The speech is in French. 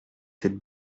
cette